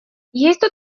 есть